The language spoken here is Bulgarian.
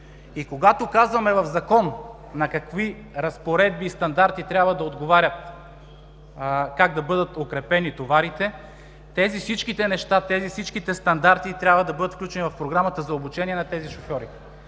когато казваме в закон на какви разпоредби и стандарти трябва да отговарят, как да бъдат укрепени товарите, всичките тези неща, всичките тези стандарти трябва да бъдат включени в програмата за обучение на тези шофьори.